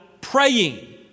praying